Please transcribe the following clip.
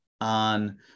on